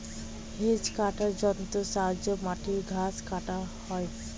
hedge কাটার যন্ত্রের সাহায্যে মাটির ঘাস কাটা হয়